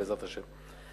בעזרת השם.